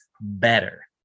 better